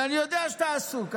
אני יודע שאתה עסוק,